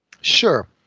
Sure